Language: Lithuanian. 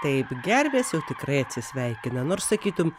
taip gervės jau tikrai atsisveikina nors sakytum